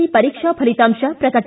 C ಪರೀಕ್ಷಾ ಫಲಿತಾಂಶ ಪ್ರಕಟ